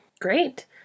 Great